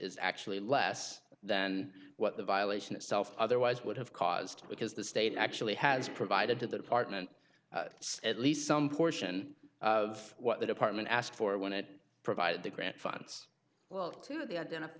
is actually less than what the violation itself otherwise would have caused because the state actually has provided to the department at least some portion of what the department asked for when it provided the grant funds well to the identify